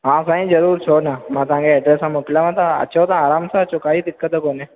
हा साईं ज़रूरु छो न मां तव्हांखे एड्रेस मोकिलियांव थो अचो तव्हां आरामु सां अचो काई दिक़त कोन्हे